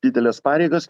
dideles pareigas